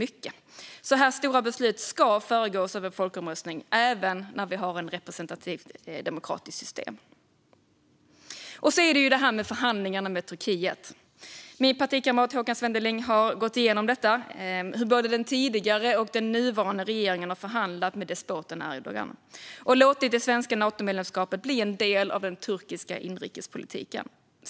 Sådana här stora beslut ska föregås av en folkomröstning även i representativa demokratiska system. Dessutom är det detta med förhandlingarna med Turkiet. Min partikamrat Håkan Svenneling gick igenom hur både den tidigare och nuvarande regeringen har förhandlat med despoten Erdogan och låtit det svenska Natomedlemskapet bli en del av turkisk inrikespolitik.